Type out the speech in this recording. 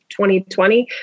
2020